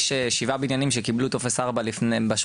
יש שבעה בניינים שקיבלו טופס 4 בשכונה